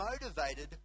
motivated